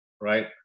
right